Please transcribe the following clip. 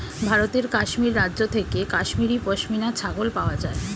ভারতের কাশ্মীর রাজ্য থেকে কাশ্মীরি পশমিনা ছাগল পাওয়া যায়